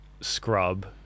scrub